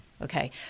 Okay